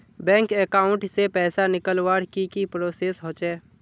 Bank account से पैसा निकालवर की की प्रोसेस होचे?